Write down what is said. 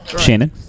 Shannon